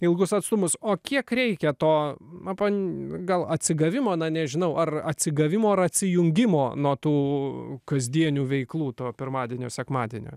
ilgus atstumus o kiek reikia to man gal atsigavimo na nežinau ar atsigavimo ar atsijungimo nuo tų kasdienių veiklų to pirmadienio sekmadienio